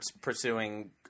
pursuing